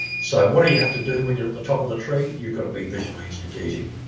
so what do you have to do when you're at the top of the tree? you've got to be visionary and strategic.